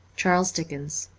charles dickens